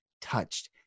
touched